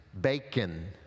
Bacon